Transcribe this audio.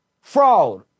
Fraud